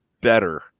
better